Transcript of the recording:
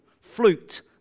flute